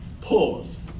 Pause